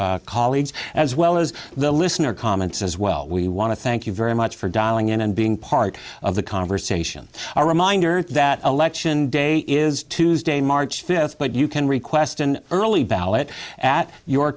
colleagues as well as the listener comments as well we want to thank you very much for dolling in and being part of the conversation a reminder that election day is tuesday march fifth but you can request an early ballot at your